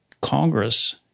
Congress